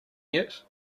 yet